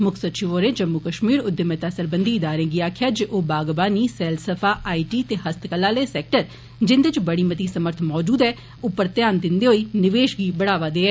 मुक्ख सचिव होरें जम्मू कश्मीर उद्यमियता सरबंघी इदारे गी आक्खेआ जे ओ बागवानी सैलसफा आई टी ते हस्तकला आले सैक्टर जिन्दे च बड़ी मती समर्थ मौजूद ऐ उप्पर ध्यान दिन्दे होई निवेश गी बढ़ावा देऐ